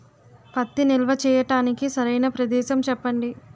పత్తి నిల్వ చేయటానికి సరైన ప్రదేశం చెప్పండి?